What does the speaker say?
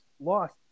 lost